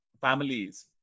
families